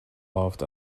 loved